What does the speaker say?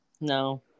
No